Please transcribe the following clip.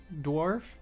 dwarf